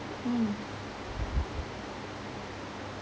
mm